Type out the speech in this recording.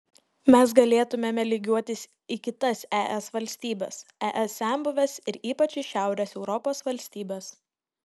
mes galėtumėme lygiuotis į kitas es valstybes es senbuves ir ypač į šiaurės europos valstybes